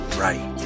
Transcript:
right